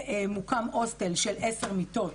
מוקם הוסטל של עשר מיטות.